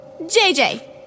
JJ